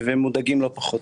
ומודאגים לא פחות.